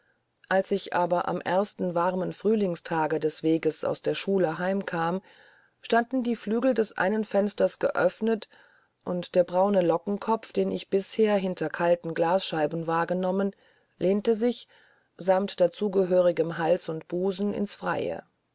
als ich aber am ersten warmen frühlingstage des weges aus der schule heim kam standen die flügel des einen fensters geöffnet und der braune lockenkopf den ich bisher hinter kalten glasscheiben wahrgenommen lehnte sich sammt dazu gehörigem hals und busen in's freie